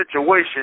situation